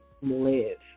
live